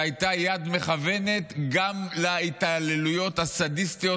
שהייתה יד מכוונת גם להתעללויות הסדיסטיות,